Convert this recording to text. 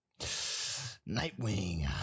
Nightwing